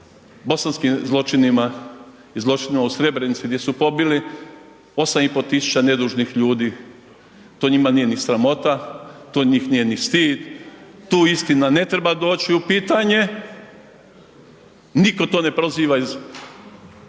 bosanskim zločinima i zločinima u Srebrenici, gdje su pobili 8 i pol tisuća nedužnih ljudi, to njima nije ni sramota, to njih nije ni stid, tu istina ne treba doći u pitanje, nitko to ne proziva iz,